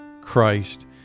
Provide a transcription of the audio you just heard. Christ